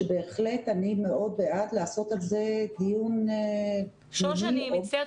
שבהחלט אני מאוד בעד לעשות על זה דיון --- אני מצטערת